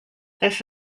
this